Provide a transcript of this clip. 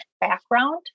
background